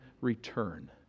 return